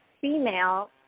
female